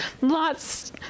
lots